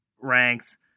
ranks